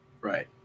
right